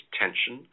tension